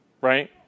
right